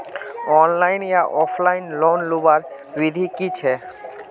Online या offline loan लुबार विधि की छे?